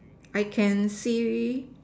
I can see